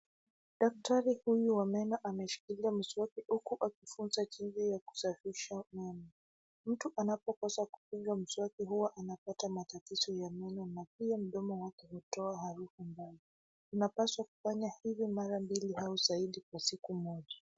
Daktari huyu wa meno ameshikilia mswaki huku akifunza jinsi ya kusafisha meno. Mtu anapokosa kupiga mswaki hua anapata matatizo ya meno na pia mdomo wake hutoa harufu mbaya. Unapaswa kufanya hivi mara mbili au zaidi kwa siku moja.